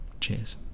Cheers